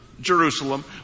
Jerusalem